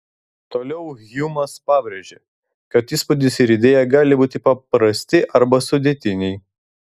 toliau hjumas pabrėžia kad įspūdis ir idėja gali būti paprasti arba sudėtiniai